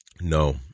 No